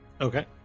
Okay